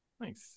Nice